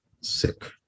sick